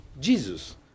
Jesus